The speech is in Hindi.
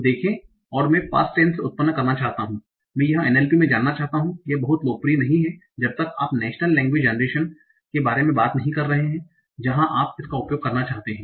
तो देखें और मैं पास्ट टैन्स उत्पन्न करना चाहता हूं मैं यह NLP में जानना चाहता हूं यह बहुत लोकप्रिय नहीं है जब तक आप national language generation national language generation राष्ट्रीय भाषा पीढ़ी के बारे में बात नहीं कर रहे हैं जहां आप इसका उपयोग करना चाहते हैं